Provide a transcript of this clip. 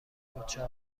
نوچه